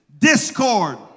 Discord